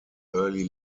early